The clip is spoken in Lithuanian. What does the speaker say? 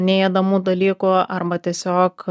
neėdamų dalykų arba tiesiog